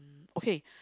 okay